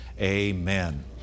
amen